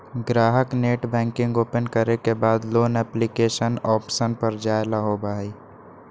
ग्राहक net banking open करे के बाद लोन एप्लीकेशन ऑप्शन पर जाय ला होबा हई